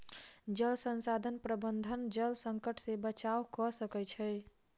जल संसाधन प्रबंधन जल संकट से बचाव कअ सकै छै